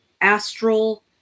astral